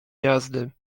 jazdy